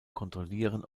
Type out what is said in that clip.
kontrollieren